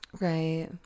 Right